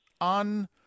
on